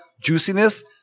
juiciness